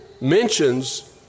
mentions